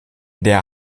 der